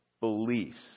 beliefs